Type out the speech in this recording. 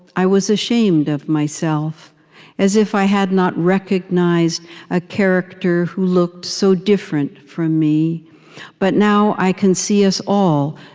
i was ashamed of myself as if i had not recognized a character who looked so different from me but now i can see us all,